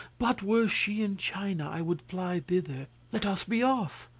but were she in china i would fly thither let us be off.